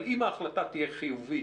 אבל אם ההחלטה תהיה חיובית